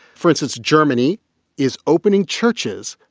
for instance, germany is opening churches,